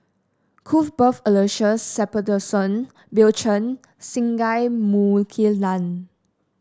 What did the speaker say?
Cuthbert Aloysius Shepherdson Bill Chen Singai Mukilan